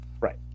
Right